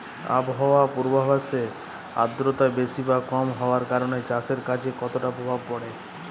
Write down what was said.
আবহাওয়ার পূর্বাভাসে আর্দ্রতা বেশি বা কম হওয়ার কারণে চাষের কাজে কতটা প্রভাব পড়ে?